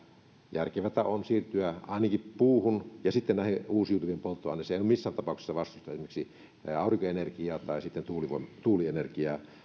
järkevää on siirtyä ainakin puuhun ja sitten näihin uusiutuviin polttoaineisiin en missään tapauksessa vastusta esimerkiksi aurinkoenergiaa tai tuulienergiaa